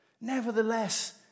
Nevertheless